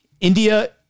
India